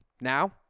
Now